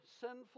sinful